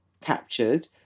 captured